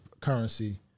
Currency